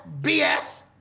BS